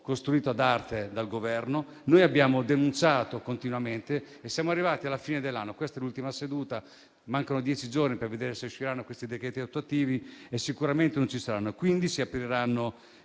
costruito ad arte dal Governo. Noi abbiamo denunciato continuamente e siamo arrivati alla fine dell'anno. Questa è una delle ultime sedute, mancano dieci giorni per vedere se usciranno questi decreti attuativi, che sicuramente non ci saranno. Si apriranno